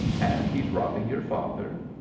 and he's robbing your father?